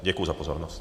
Děkuji za pozornost.